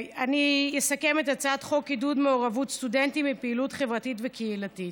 אני אסכם את הצעת חוק עידוד מעורבות סטודנטים בפעילות חברתית וקהילתית.